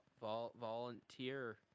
Volunteer